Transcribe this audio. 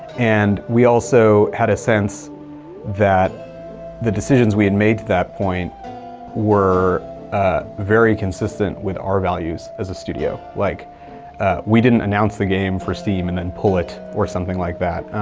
and we also had a sense that the decisions we had made to that point were very consistent with our values as a studio. like we didn't announce the game for steam and then pull it or something like that.